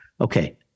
Okay